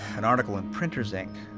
an article in printers' ink,